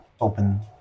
open